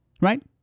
Right